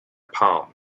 palm